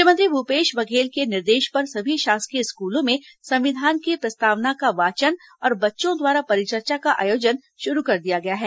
मुख्यमंत्री भूपेश बघेल के निर्देश पर सभी शासकीय स्कूलों में संविधान की प्रस्तावना का वाचन और बच्चों द्वारा परिचर्चा का आयोजन शुरू कर दिया गया है